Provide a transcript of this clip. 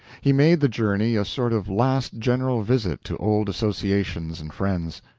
he made the journey a sort of last general visit to old associations and friends.